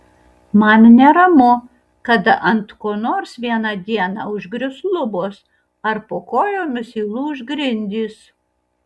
man neramu kad ant ko nors vieną dieną užgrius lubos ar po kojomis įlūš grindys